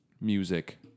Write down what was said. music